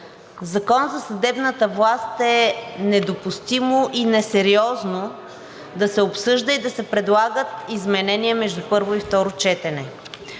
Закона за съдебната власт е недопустимо и несериозно да се обсъжда и да се предлагат изменения между първо и второ четене.